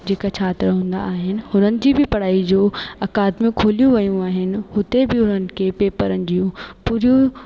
जेका छात्र हूंदा आहिनि हुननि जी बि पढ़ाई जो अकादमी खुलियूं वियूं आहिनि हुते बि उनन खे पेपरनि जूं पूरियूं